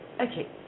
Okay